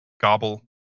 gobble